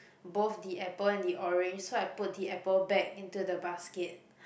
both the apple and the orange so I put the apple back into the basket